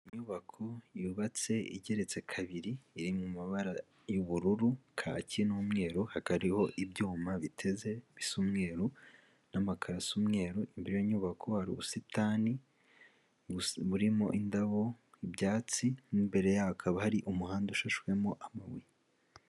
Inyubako yubatse igeretse kabiri, iri mu mabara y'ubururu kaki n'umweru, hakaba hariho ibyuma biteze bisa umweru, n'amakaro asa umweru, imbere y'inyubako hari ubusitani burimo indabo, ibyatsi n'imbere yaho hakaba hari umuhanda ushashwemo amabuye.